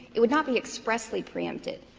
it would not be expressly preempted.